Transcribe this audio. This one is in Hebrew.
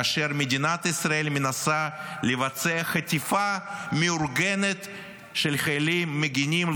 כאשר מדינת ישראל מנסה לבצע חטיפה מאורגנת של חיילים מגינים,